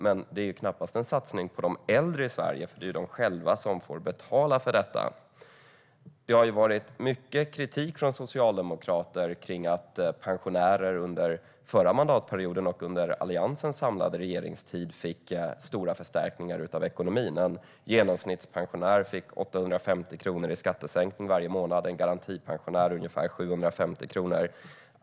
Men det är knappast en satsning på de äldre i Sverige, för det är de själva som får betala för det. Det var mycket kritik från socialdemokrater mot att pensionärerna under förra mandatperioden och under Alliansens samlade regeringstid fick stora förstärkningar i sin ekonomi. En genomsnittspensionär fick 850 kronor i skattesänkning varje månad, och en garantipensionär ungefär 750 kronor.